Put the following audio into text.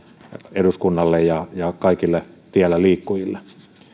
eduskunnalle ja ja kaikille tiellä liikkujille